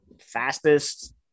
fastest